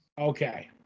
Okay